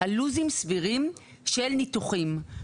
על לוחות זמנים סבירים של ניתוחים.